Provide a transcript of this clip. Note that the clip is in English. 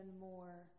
more